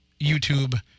YouTube